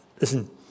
Listen